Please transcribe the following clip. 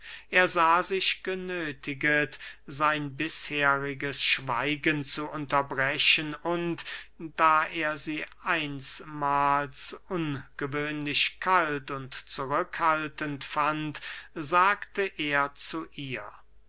er sah sich genöthiget sein bisheriges schweigen zu unterbrechen und da er sie einsmahls ungewöhnlich kalt und zurückhaltend fand sagte er zu ihr